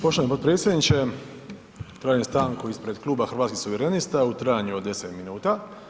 Poštovani potpredsjedniče, tražim stanku ispred Kluba Hrvatskih suverenista u trajanju od 10 minuta.